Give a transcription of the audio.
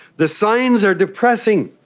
the signs are depressing,